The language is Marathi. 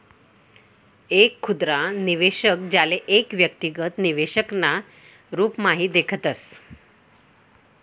एक खुदरा निवेशक, ज्याले एक व्यक्तिगत निवेशक ना रूपम्हाभी देखतस